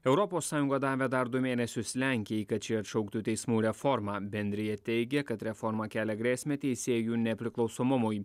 europos sąjunga davė dar du mėnesius lenkijai kad ši atšauktų teismų reformą bendrija teigė kad reforma kelia grėsmę teisėjų nepriklausomumui